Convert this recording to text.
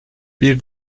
bir